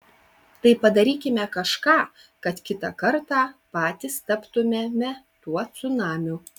tai padarykime kažką kad kitą kartą patys taptumėme tuo cunamiu